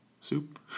soup